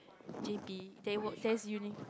J B there were there is uni